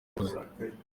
wakoze